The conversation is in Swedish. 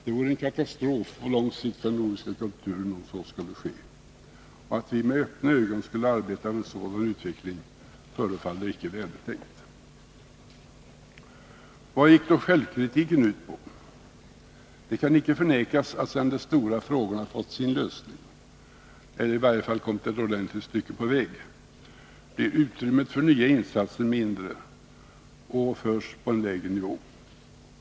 Det vore en katastrof på lång sikt för den nordiska kulturen, om så skulle bli fallet. Och att vi med öppna ögon skulle arbeta för en sådan utveckling förefaller icke välbetänkt. Vad gick då självkritiken ut på? Det kan icke förnekas, att sedan de stora frågorna fått sin lösning -— eller i varje fall kommit ett ordentligt stycke på väg — blir utrymmet för nya insatser mindre och försiggår på en lägre nivå.